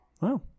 Wow